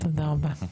תודה רבה.